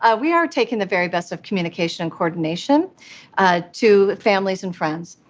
ah we are taking the very best of communication and coordination to families and friends.